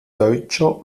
deutscher